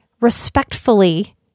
respectfully